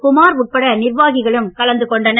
குமார் உட்பட நிர்வாகிகளும் கலந்து கொண்டனர்